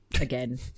again